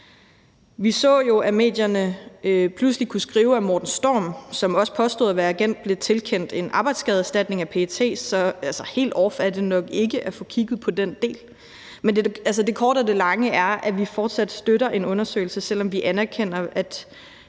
Vi så jo, at medierne pludselig kunne skrive, at Morten Storm, som også påstod at være agent, blev tilkendt en arbejdsskadeerstatning af PET. Så helt off er det nok ikke at få kigget på den del. Men det korte af det lange er, at vi fortsat støtter en undersøgelse, selv om vi anerkender, at